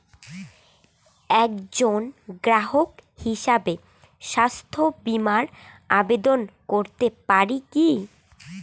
একজন গ্রাহক হিসাবে স্বাস্থ্য বিমার আবেদন করতে পারি কি?